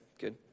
good